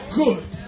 good